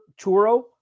Turo